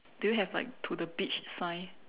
do you have like to the beach sign